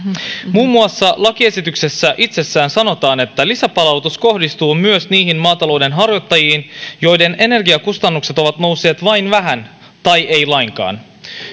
muun muassa lakiesityksessä itsessään sanotaan että lisäpalautus kohdistuu myös niihin maatalouden harjoittajiin joiden energiakustannukset ovat nousseet vain vähän tai eivät lainkaan